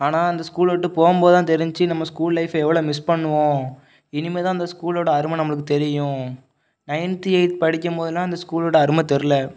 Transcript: ஆனால் இந்த ஸ்கூலில் விட்டு போகும் போது தான் தெரிஞ்சிச்சு நம்ம ஸ்கூல் லைஃப் எவ்வளோ மிஸ் பண்ணுவோம் இனிமேல் தான் அந்த ஸ்கூலோடய அருமை நம்மளுக்கு தெரியும் நயன்த்து எயித் படிக்கும் போதெல்லாம் அந்த ஸ்கூலோடய அருமை தெரியல